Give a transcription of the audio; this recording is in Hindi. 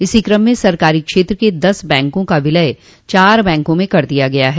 इसी कम में सरकारी क्षेत्र के दस बैंकों का विलय चार बैंकों में कर दिया गया है